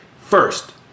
first